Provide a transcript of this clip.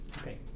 Okay